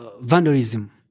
vandalism